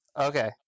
Okay